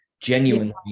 genuinely